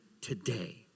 today